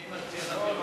אני מציע להעביר,